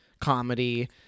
comedy